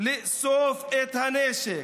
לאסוף את הנשק.